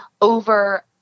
over